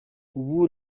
ubu